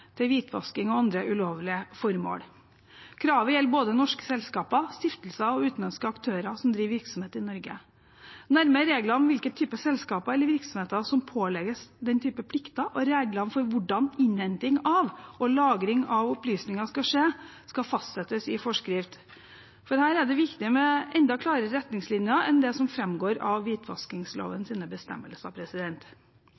til hvitvasking og andre ulovlige formål. Kravet gjelder både norske selskaper, stiftelser og utenlandske aktører som driver virksomhet i Norge. Nærmere regler om hvilke typer selskaper eller virksomheter som pålegges denne typen plikter, og reglene for hvordan innhenting og lagring av opplysninger skal skje, skal fastsettes i forskrift. Her er det viktig med enda klarere retningslinjer enn dem som framgår av